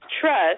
Trust